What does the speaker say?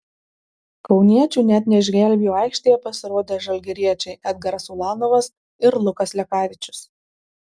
kauniečių net neišgelbėjo aikštėje pasirodę žalgiriečiai edgaras ulanovas ir lukas lekavičius